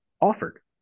offered